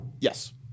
Yes